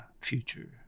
future